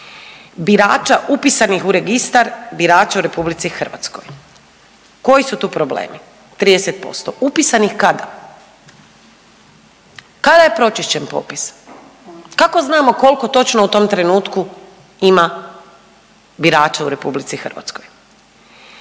birača upisanih u registar birača u RH. Koji su tu problemi, 30% upisanih kada, kada je pročišćen propis, kako znamo kolko točno u tom trenutku ima birača u RH? Druga stvar,